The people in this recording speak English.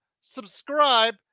subscribe